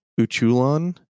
Uchulon